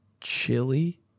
chili